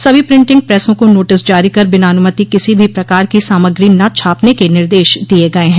सभी प्रिंटिंग प्रेसों को नोटिस जारी कर बिना अनुमति किसी भी प्रकार की सामग्री न छापने के निर्देश दिये गये हैं